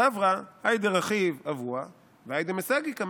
"סברה האי דרכיב אבוה והאי דמסגי קמיה